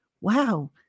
wow